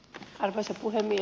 arvoisa puhemies